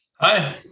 Hi